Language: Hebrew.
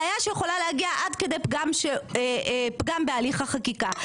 בעיה שיכולה להגיע עד כדי פגם בהליך החקיקה.